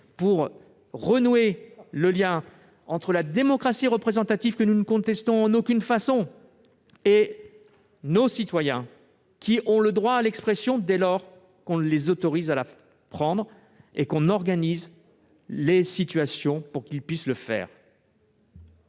pour renouer le lien entre la démocratie représentative, que nous ne contestons en aucune façon, et nos citoyens, qui ont le droit à la parole dès lors qu'on les autorise à la prendre et que l'on organise des situations dans lesquelles ils puissent le faire.